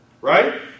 Right